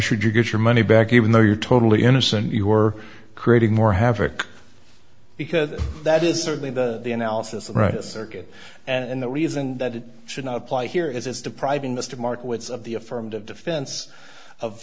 should you get your money back even though you're totally innocent you are creating more havoc because that is certainly the analysis of right a circuit and the reason that it should not apply here is depriving mr mark witz of the affirmative defense of